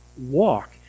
walk